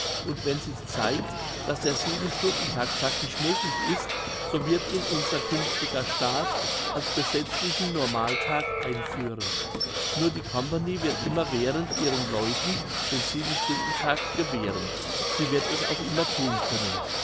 und wenn sich zeigt dass der siebenstundentag praktisch möglich ist so wird ihn unser künftiger staat als gesetzlichen normaltag einführen nur die company wird immerwährend ihren leuten den siebenstundentag gewähren sie wird es auch immer thun können